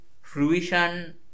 fruition